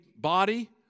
body